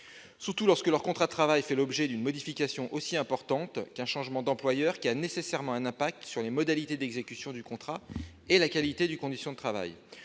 particulier lorsque leur contrat de travail fait l'objet d'une modification aussi importante qu'un changement d'employeur, lequel emporte nécessairement des conséquences sur les modalités d'exécution du contrat comme sur la qualité des conditions de travail.